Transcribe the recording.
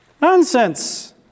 Nonsense